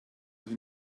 noch